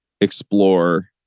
explore